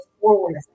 forward